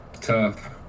tough